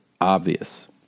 obvious